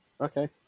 Okay